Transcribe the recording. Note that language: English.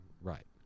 Right